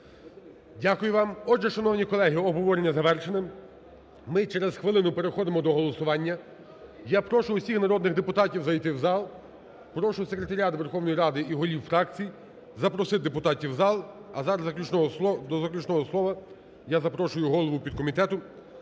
Дякую вам. Отже, шановні колеги, обговорення завершене. ми через хвилину переходимо до голосування. Я прошу всіх народних депутатів зайти в зал. Прошу секретаріат Верховної Ради і голів фракцій запросити депутатів в зал. А зараз, до заключного слова, я запрошую голову підкомітету